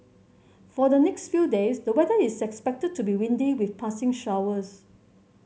for the next few days the weather is expected to be windy with passing showers